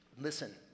listen